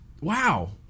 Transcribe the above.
wow